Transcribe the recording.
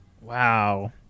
Wow